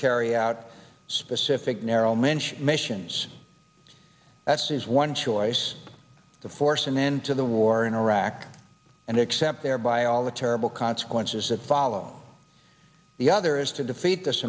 carry out specific narrow mentioned missions that sees one choice to force an end to the war in iraq and except there by all the terrible consequences that follow the other is to defeat this